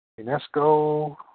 UNESCO